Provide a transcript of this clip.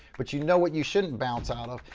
but you know what you shouldn't bounce out of?